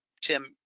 Tim